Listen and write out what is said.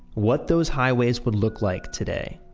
what those highways would look like today.